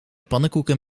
pannenkoeken